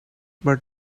but